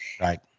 Right